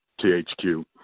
THQ